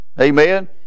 Amen